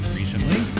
recently